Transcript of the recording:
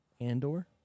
Andor